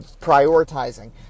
prioritizing